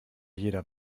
jeder